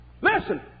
Listen